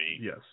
Yes